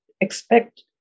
expect